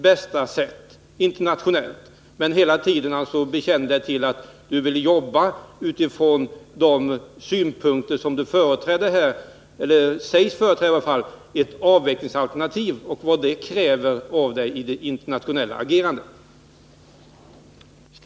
Han säger hela tiden att han vill jobba utifrån de synpunkter som han företräder här, eller i varje fall säger sig vilja företräda, ett avvecklingsalternativ, med allt vad det kräver av honom i det internationella agerandet.